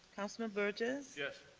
councilman burgess. yes.